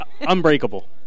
Unbreakable